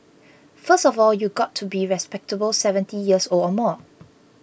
first of all you've got to be respectable seventy years old or more